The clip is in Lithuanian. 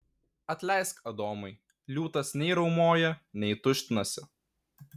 atleisk adomai liūtas nei riaumoja nei tuštinasi